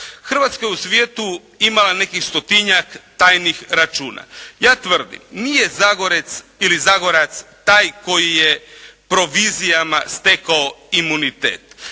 Hrvatska je u svijetu imala nekih stotinjak tajnih računa. Ja tvrdim nije Zagorec ili Zagorac taj koji je provizijama stekao imunitet.